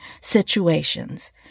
situations